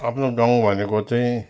आफ्नो गाउँ भनेको चाहिँ